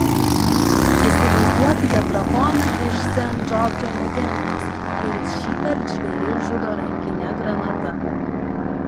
įsivaizduokite drakoną iš sent džordžo legendos kuris šįkart žvėris žudo rankine granata